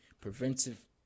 Preventive